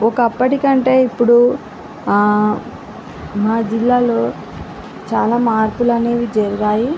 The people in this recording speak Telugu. ఆ ఒకప్పటి కంటే ఇప్పుడు ఆ మా జిల్లాలో చాలా మార్పులు అనేవి జరిగాయి